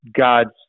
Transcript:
God's